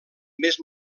més